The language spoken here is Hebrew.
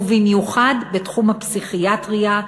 ובמיוחד בתחום הפסיכיאטריה,